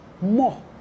more